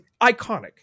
iconic